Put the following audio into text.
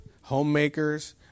homemakers